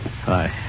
Hi